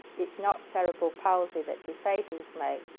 it's not cerebral palsy that disables me.